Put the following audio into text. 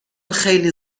خیلی